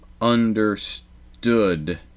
understood